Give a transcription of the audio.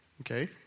Okay